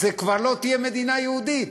זו כבר לא תהיה מדינה יהודית.